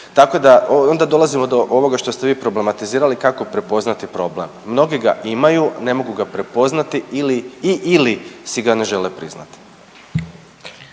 Tako da, i onda dolazimo do ovoga što ste vi problematizirali kako prepoznati problem. Mnogi ga imaju, a ne mogu ga prepoznati ili, i/ili si ga ne žele priznati.